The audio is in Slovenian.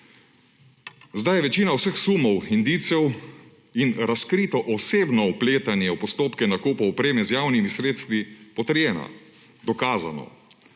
Sedaj je večina vseh sumov, indicev in razkrito osebno vpletanje v postopke nakupov opreme z javnimi sredstvi potrjena dokazano.